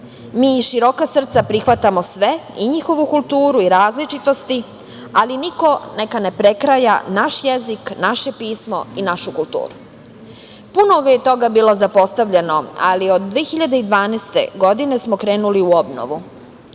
Mi široka srca prihvatamo sve i njihovu kulturu i različitosti, ali niko ne prekraja naš jezik, naše pismo i našu kulturu. Puno je toga bilo zapostavljeno, ali od 2012. godine smo krenuli u obnovu